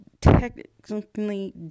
technically